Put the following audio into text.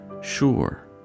sure